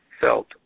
felt